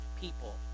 people